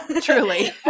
truly